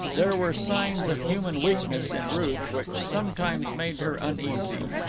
there were signs of human weakness in ruth which sometimes made her uneasy.